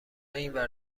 اینور